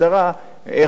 מי בודק אותו,